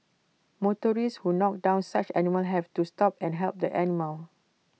motorists who knocked down such animals have to stop and help the animal